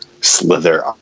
slither